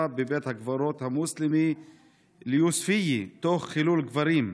בבית הקברות המוסלמי יוספיה תוך חילול קברים.